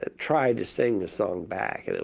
ah tried to sing the song back